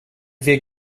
wir